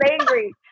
angry